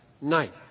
night